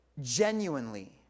Genuinely